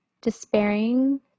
despairing